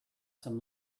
some